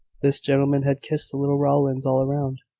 this gentleman had kissed the little rowlands all round,